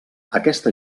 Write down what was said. aquesta